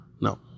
No